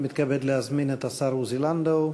אני מתכבד להזמין את השר עוזי לנדאו